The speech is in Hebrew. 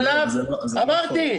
אמרתי.